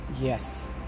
yes